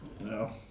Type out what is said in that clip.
No